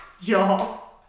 Y'all